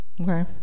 Okay